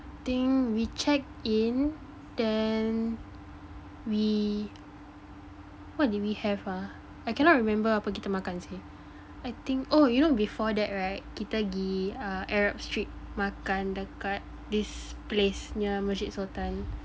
think we checked-in then we what did we have ah I cannot remember apa kita makan kat sana I think oh you know before that right kita pergi Arab Street makan dekat this place near Masjid Sultan